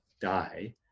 die